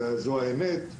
זו האמת,